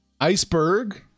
Iceberg